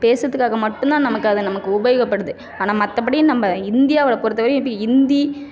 பேசுகிறதுக்காக மட்டும் தான் நமக்கு அது நமக்கு உபயோகப்படுது ஆனால் மற்றபடி நம்ம இந்தியாவில் பொறுத்த வரையும் இப்போ ஹிந்தி